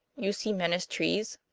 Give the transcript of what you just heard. you see men as trees?